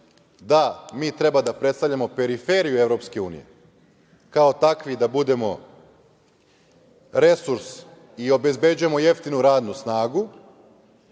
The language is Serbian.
da mi treba da predstavljamo periferiju EU, kao takvi da budemo resurs i obezbeđujemo jeftinu radnu snagu,